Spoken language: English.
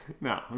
No